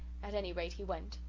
at any rate he went,